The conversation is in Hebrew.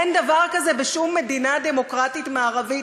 אין דבר כזה בשום מדינה דמוקרטית מערבית,